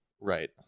Right